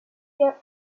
your